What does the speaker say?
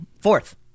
Fourth